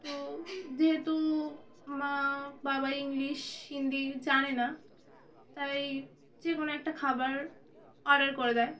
তো যেহেতু মা বাবা ইংলিশ হিন্দি জানে না তাই যে কোনো একটা খাবার অর্ডার করে দেয়